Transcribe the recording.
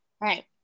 Right